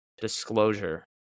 disclosure